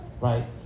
right